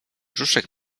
brzuszek